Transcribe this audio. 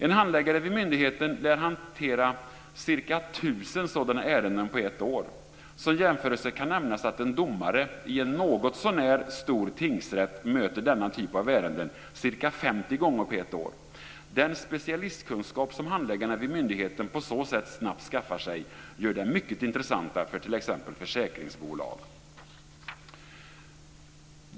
En handläggare vid myndigheten lär hantera ca 1 000 sådana ärenden på ett år. Som jämförelse kan nämnas att en domare i en någotsånär stor tingsrätt möter denna typ av ärenden ca 50 gånger på ett år. Den specialistkunskap som handläggarna vid myndigheten på så sätt snabbt skaffar sig gör dem mycket intressanta för t.ex. försäkringsbolag.